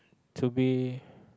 to be